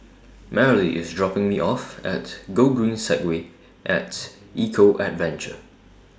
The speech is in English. Marely IS dropping Me off At Gogreen Segway At Eco Adventure